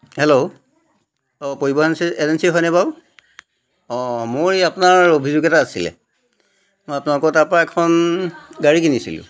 hello অ' পৰিবহন ছি এজেঞ্চি হয়নে বাৰু অ' মোৰ এই আপোনাৰ অভিযোগ এটা আছিলে মই আপোনালোকৰ তাৰপৰা এখন গাড়ী কিনিছিলো